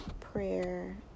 prayer